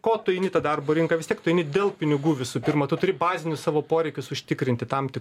ko tu eini į tą darbo rinką vis tiek tu eini dėl pinigų visų pirma tu turi bazinius savo poreikius užtikrinti tam ti